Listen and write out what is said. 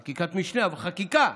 חקיקת משנה, אבל חקיקה